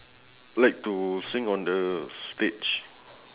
like to sing on the stage